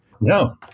No